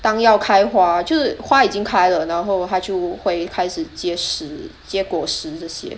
当要开花就花已经开了然后它就会开始结实结果实这些